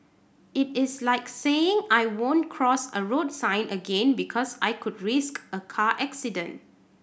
it is like saying I won't cross a road sign again because I could risk a car accident